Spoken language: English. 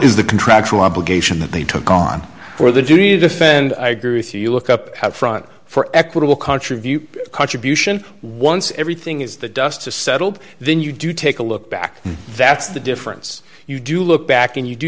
is the contractual obligation that they took on or the duty to defend i agree with you you look up front for equitable contrave you contribution once everything is the dust settled then you do take a look back that's the difference you do look back and you do